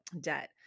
debt